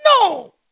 No